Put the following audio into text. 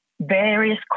various